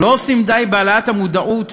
לא עושים די בהעלאת המודעות,